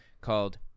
called